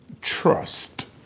trust